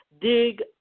dig